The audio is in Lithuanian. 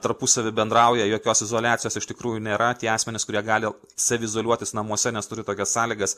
tarpusavy bendrauja jokios izoliacijos iš tikrųjų nėra tie asmenys kurie gali saviizoliuotis namuose nes turi tokias sąlygas